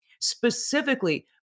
specifically